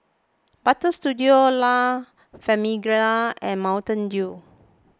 Butter Studio La Famiglia and Mountain Dew